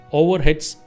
overheads